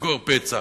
לסגור פצע.